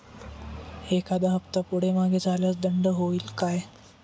एखादा हफ्ता पुढे मागे झाल्यास दंड होईल काय?